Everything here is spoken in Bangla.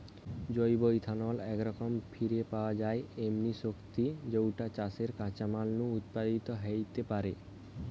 জৈব ইথানল একরকম ফিরে পাওয়া যায় এমনি শক্তি যৌটা চাষের কাঁচামাল নু উৎপাদিত হেইতে পারে